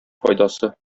файдасы